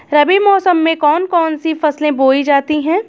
रबी मौसम में कौन कौन सी फसलें बोई जाती हैं?